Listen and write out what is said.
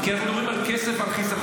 כי אנחנו מדברים על כסף ועל חיסכון.